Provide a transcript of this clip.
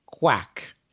quack